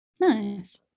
Nice